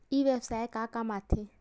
ई व्यवसाय का काम आथे?